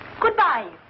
Goodbye